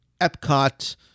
Epcot